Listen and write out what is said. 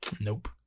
Nope